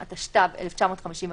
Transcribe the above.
נכון.